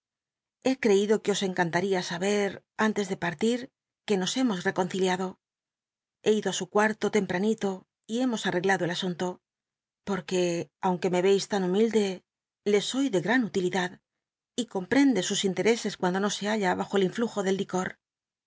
he creido que os encantlt ia saber antes de parlil que nos hemos reconciliado he ido ü su cual'lo tempranito y hemos arreglado el asun to porque aunque me yeis lan humilde le soy de gran utilidad y comprende sus intereses cuando no se balta bajo el influjo del licor